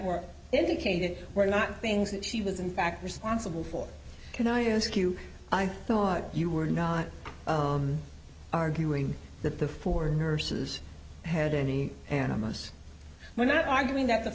were indicated were not things that she was in fact responsible for can i ask you i thought you were not arguing that the poor nurses had any animist we're not arguing that the